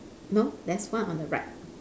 no there's one on the right